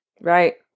Right